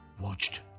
watched